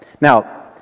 Now